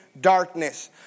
darkness